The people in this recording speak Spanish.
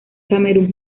camerún